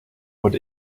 what